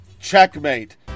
checkmate